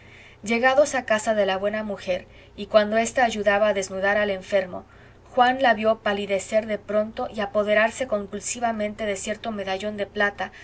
llegados a casa de la buena mujer y cuando ésta ayudaba a desnudar al enfermo juan la vió palidecer de pronto y apoderarse convulsivamente de cierto medallón de plata